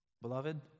beloved